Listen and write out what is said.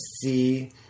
see